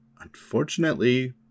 unfortunately